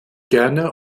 gerne